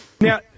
Now